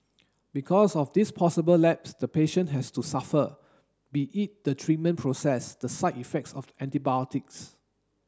because of this possible lapse the patient has to suffer be it the treatment process the side effects of antibiotics